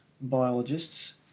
biologists